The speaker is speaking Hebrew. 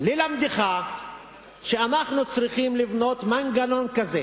ללמדך שאנחנו צריכים לבנות מנגנון כזה